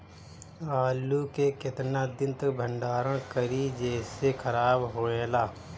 आलू के केतना दिन तक भंडारण करी जेसे खराब होएला?